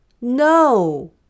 no